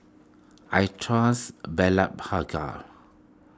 I trust Blephagel